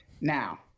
Now